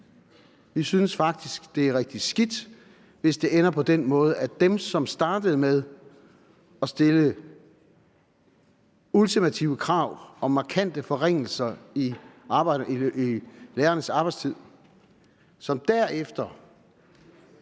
Vi synes faktisk, det er rigtig skidt, hvis det ender på den måde, at de, som startede med at stille ultimative krav om markante forringelser i lærernes arbejdstid og derefter